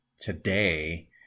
today